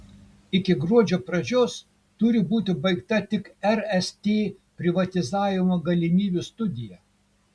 iki gruodžio pradžios turi būti baigta tik rst privatizavimo galimybių studija